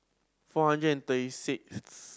four hundred and thirty sixth